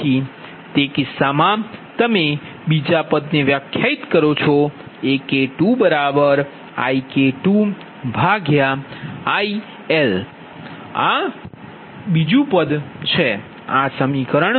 તેથી તે કિસ્સામાં તમે બીજી પદ વ્યાખ્યાયિત કરો છો AK2IK2 હુંએલ આ આ બીજું પદ છે આ સમીકરણ